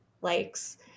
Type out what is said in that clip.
likes